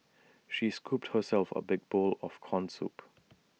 she scooped herself A big bowl of Corn Soup